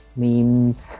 memes